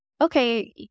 okay